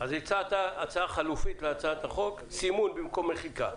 הצעת הצעה חלופית להצעת החוק, סימון במקום מחיקה.